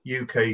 UK